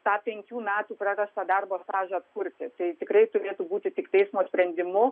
tą penkių metų prarastą darbo stažą atkurti tai tikrai turėtų būti tik teismo sprendimu